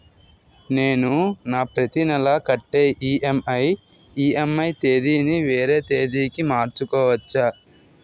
నేను నా ప్రతి నెల కట్టే ఈ.ఎం.ఐ ఈ.ఎం.ఐ తేదీ ని వేరే తేదీ కి మార్చుకోవచ్చా?